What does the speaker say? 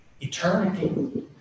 eternity